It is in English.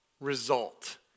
result